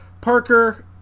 Parker